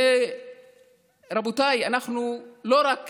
רבותיי, לא רק